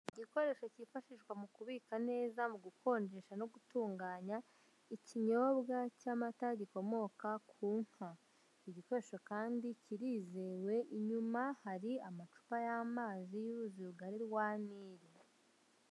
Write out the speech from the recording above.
Igikoresho cyifashishwa mu kubika neza mu gukonjesha no gutunganya ikinyobwa cy'amata gikomoka ku nka. Igikoresho kandi kirizewe inyuma hari amacupa y'amazi y'uruzi rugari rwa nili.